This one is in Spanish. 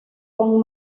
con